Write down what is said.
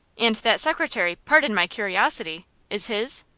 and that secretary pardon my curiosity is his?